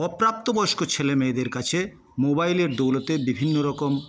অপ্রাপ্তবয়স্ক ছেলেমেয়েদের কাছে মোবাইলের দৌলতে বিভিন্ন রকম